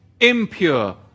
impure